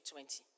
2020